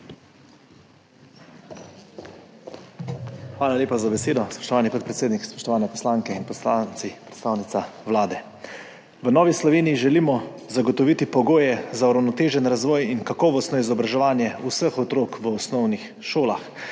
Hvala lepa za besedo. Spoštovani podpredsednik, spoštovane poslanke in poslanci, predstavnica Vlade! V Novi Sloveniji želimo zagotoviti pogoje za uravnotežen razvoj in kakovostno izobraževanje vseh otrok v osnovnih šolah,